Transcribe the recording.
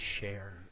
share